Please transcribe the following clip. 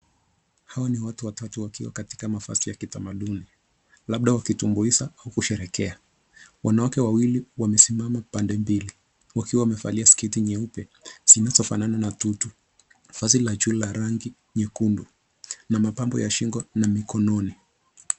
Hawa ni watu watatu wakiwa katika mavazi ya kitamaduni labda wakitumbuiza au kusherekea, wanawake wawili wamesimama pande mbili wakiwa wamevalia sketi nyeupe zinazofanan na tutu. Vazi la juu la rangi nyekundu na mapambo ya shingo na mikononi.